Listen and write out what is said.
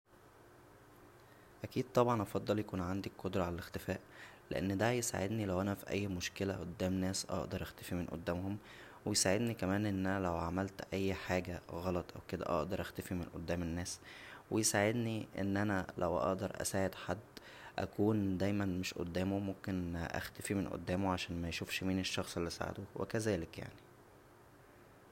اكيد طبعا هفضل يكون عندى قدره على الاختفاء لان دا هيساعدنى لو انا فى اى مشكله قدام ناس اقدر اختفى من قدامهم و يساعدنى كمان ان انا لو عملت اى حاجه غلط او كدا اقدر اختفى من قدام الناس و يساعدنى ان انا لو اقدر اساعد حد اكون دايما مش قدامه ممكن اختفى من قدامه عشان ميشوفش مين الشخص اللى ساعده وكذلك يعنى